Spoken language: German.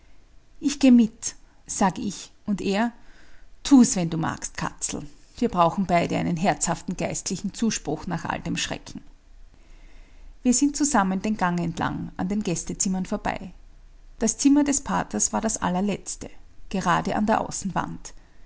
ich geh mit sag ich und er tu's wenn du magst katzel wir brauchen beide einen herzhaften geistlichen zuspruch nach all dem schrecken wir sind zusammen den gang entlang an den gästezimmern vorbei das zimmer des paters war das allerletzte gerade an der außenwand